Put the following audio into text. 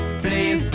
please